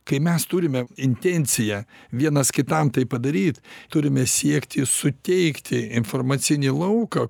kai mes turime intenciją vienas kitam tai padaryt turime siekti suteikti informacinį lauką